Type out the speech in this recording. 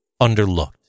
underlooked